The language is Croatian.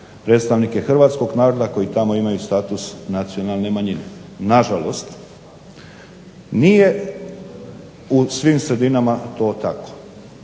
predstavnike Hrvatskog naroda koji tamo imaju status nacionalne manjine. Na žalost nije u svim sredinama to tako.